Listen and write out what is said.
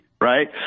right